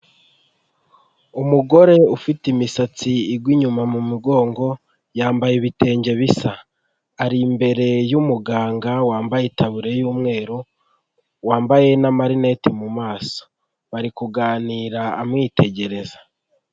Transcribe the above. Umugore ufite imisatsi igwa inyuma mu mugongo, yambaye ibitenge bisa. Ari imbere y'umuganga wambaye itaburiya y'umweru, wambaye n'amarinete mu maso. Bari kuganira amwitegereza.